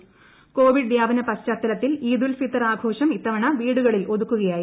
music Covid വ്യാപന പശ്ചാത്തലത്തിൽ ഈദുൽ ഫിത്വർ ആഘോഷം ഇത്തവണ വീടുകളിൽ ഒതുക്കുകയായിരുന്നു